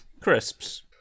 crisps